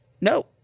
No